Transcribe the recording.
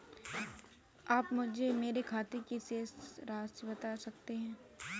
आप मुझे मेरे खाते की शेष राशि बता सकते हैं?